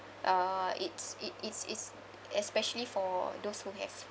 uh it's it's it's it's especially for those who have